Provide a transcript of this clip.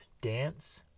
dance